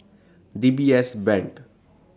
D B S Bank